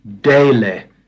daily